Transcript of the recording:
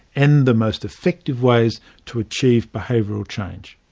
and the most effective ways to achieve behavioural change.